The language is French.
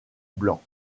blancs